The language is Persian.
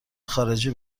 خارجی